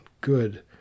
good